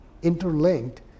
interlinked